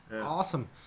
Awesome